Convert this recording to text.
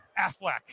Affleck